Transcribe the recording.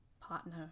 partner